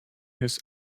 his